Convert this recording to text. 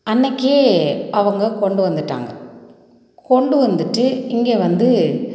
அன்றைக்கே அவங்க கொண்டு வந்துவிட்டாங்க கொண்டு வந்துவிட்டு இங்கே வந்து